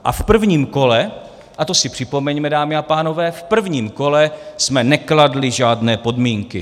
A v prvním kole, a to si připomeňme, dámy a pánové, v prvním kole jsme nekladli žádné podmínky.